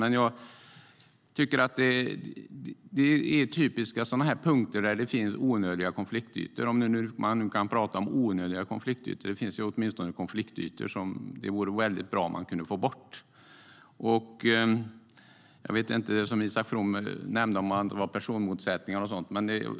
Det är typiskt sett sådana punkter där det finns onödiga konfliktytor eller åtminstone konfliktytor som det vore väldigt bra om man kunde få bort. Isak From nämnde att det kunde vara personmotsättningar och sådant.